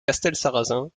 castelsarrasin